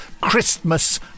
christmas